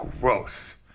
gross